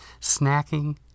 Snacking